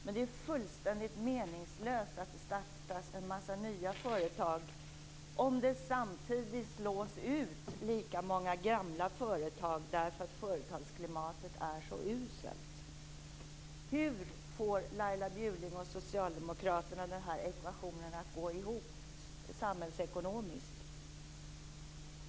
Men det är fullständigt meningslöst att det startas en massa nya företag om det samtidigt slås ut lika många gamla företag på grund av att företagsklimatet är så uselt. Hur får Laila Bjurling och socialdemokraterna den här ekvationen att gå ihop samhällsekonomiskt?